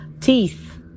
teeth